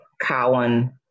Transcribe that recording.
Cowan